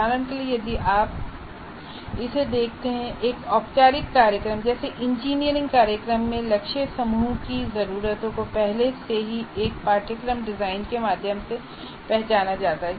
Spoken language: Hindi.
उदाहरण के लिए यदि आप इसे देखते हैं एक औपचारिक कार्यक्रम जैसे इंजीनियरिंग कार्यक्रम में लक्ष्य समूह की जरूरतों को पहले से ही एक पाठ्यक्रम डिजाइन के माध्यम से पहचाना जाता है